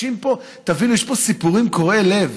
תבינו, יש פה סיפורים קורעי לב: